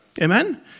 Amen